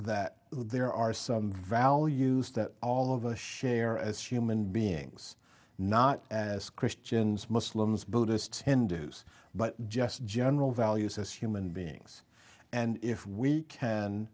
that there are some values that all of a share as human beings not as christians muslims buddhists hindus but just general values as human beings and if we can